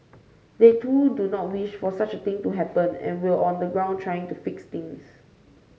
they too do not wish for such a thing to happen and were on the ground trying to fix things